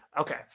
Okay